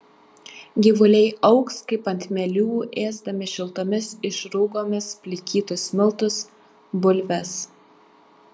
gyvuliai augs kaip ant mielių ėsdami šiltomis išrūgomis plikytus miltus bulves